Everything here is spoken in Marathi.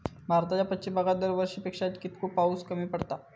भारताच्या पश्चिम भागात दरवर्षी पेक्षा कीतको पाऊस कमी पडता?